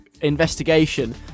investigation